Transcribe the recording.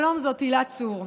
שלום, זאת הילה צור.